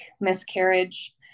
miscarriage